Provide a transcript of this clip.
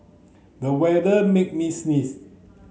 the weather make me sneeze